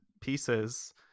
pieces